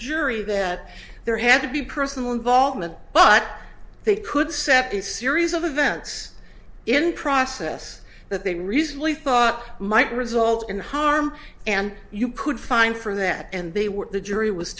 jury that there had to be personal involvement but they could set a series of events in process that they recently thought might result in harm and you could find from that and they were the jury was